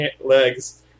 legs